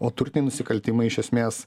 o turtiniai nusikaltimai iš esmės